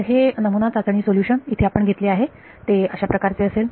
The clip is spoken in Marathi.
तर हे नमुना चाचणी सोल्युशन इथे आपण घेतले आहे ते अशा प्रकारचे असेल